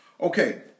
Okay